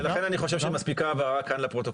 לכן אני חושב שכאן מספיקה הבהרה לפרוטוקול.